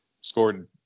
scored